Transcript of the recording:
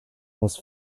was